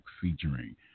featuring